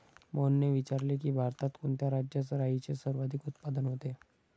मोहनने विचारले की, भारतात कोणत्या राज्यात राईचे सर्वाधिक उत्पादन होते?